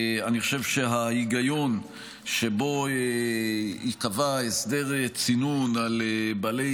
אני חושב שההיגיון שבו ייקבע הסדר צינון על בעלי